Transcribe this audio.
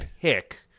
pick